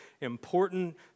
important